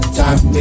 time